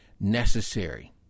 necessary